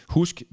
Husk